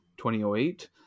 2008